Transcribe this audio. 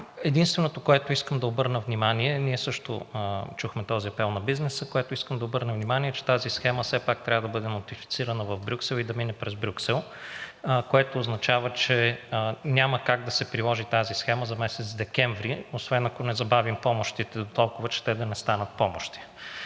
нататък, просто няма да бъде пълна. Ние също чухме този апел на бизнеса и единственото, за което искам да обърна внимание, е, че тази схема все пак трябва да бъде нотифицирана в Брюксел и да мине през Брюксел, което означава, че няма как да се приложи тази схема за месец декември, освен ако не забавим помощите дотолкова, че те да не станат помощи.